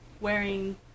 wearing